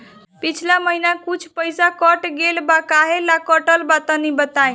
पिछला महीना कुछ पइसा कट गेल बा कहेला कटल बा बताईं?